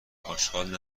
آشغال